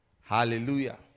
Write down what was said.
Hallelujah